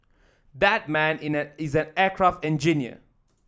that man in an is an aircraft engineer